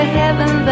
heaven